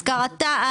השכרתה".